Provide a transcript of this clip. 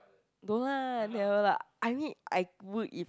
don't lah never lah I mean I would if